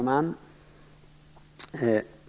Fru talman!